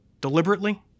deliberately